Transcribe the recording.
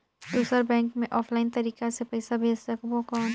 दुसर बैंक मे ऑफलाइन तरीका से पइसा भेज सकबो कौन?